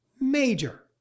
Major